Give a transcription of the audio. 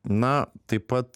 na taip pat